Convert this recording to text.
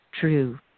true